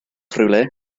rhywle